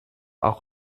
auch